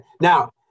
Now